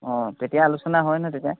অঁ তেতিয়া আলোচনা হয় নহয় তেতিয়া